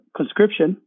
Conscription